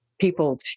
people